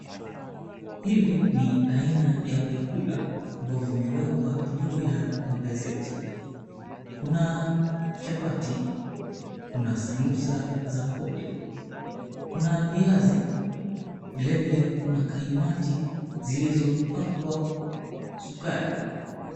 Hivi ni aina ya vyakula, ambavyo vimewekwa juu ya magazeti. Kuna chapati, kuna sambusa za pojo, kuna viazi, vile vile kuna kaimati zilizopakwa sukari,